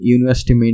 University